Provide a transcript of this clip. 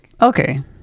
Okay